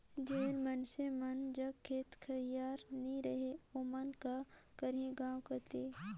जेन मइनसे मन जग खेत खाएर नी रहें ओमन का करहीं गाँव कती